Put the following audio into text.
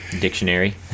dictionary